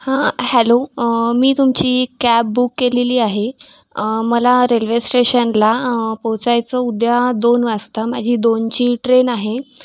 हं हॅलो मी तुमची कॅब बुक केलेली आहे मला रेल्वे स्टेशनला पोहोचायचं उद्या दोन वाजता माझी दोनची ट्रेन आहे